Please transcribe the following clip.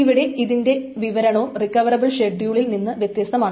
ഇവിടെ ഇതിന്റെ വിവരണവും റിക്കവറബിൾ ഷെഡ്യൂളിൽ നിന്ന് വ്യത്യസ്തമാണ്